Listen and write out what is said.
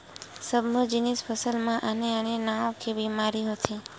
सब्बो जिनिस फसल म आने आने नाव के बेमारी होथे